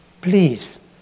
Please